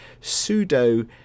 pseudo